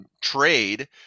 trade